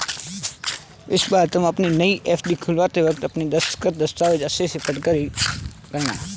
इस बार तुम अपनी नई एफ.डी खुलवाते वक्त अपने दस्तखत, दस्तावेज़ अच्छे से पढ़कर ही करना